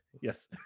Yes